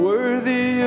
Worthy